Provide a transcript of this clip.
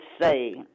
say